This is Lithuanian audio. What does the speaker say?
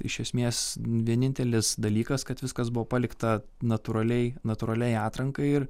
iš esmės vienintelis dalykas kad viskas buvo palikta natūraliai natūraliai atrankai ir